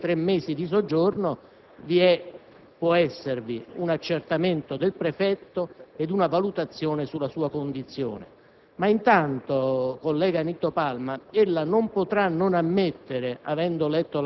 avevo chiesto già da prima la parola. Capisco che a una certo punto si arriva al voto, ma quando avevo alzato la mano non si era ancora in fase di votazione.